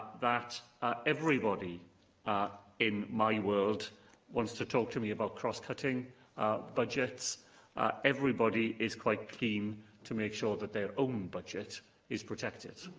that ah everybody ah in my world wants to talk to me about cross-cutting budgets everybody is quite keen to make sure that their own budget is protected.